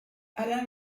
allain